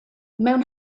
mewn